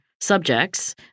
subjects